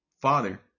father